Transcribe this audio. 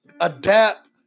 adapt